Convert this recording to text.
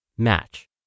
Match